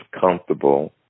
comfortable